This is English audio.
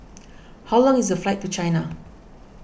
how long is the flight to China